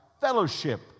fellowship